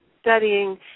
studying